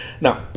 now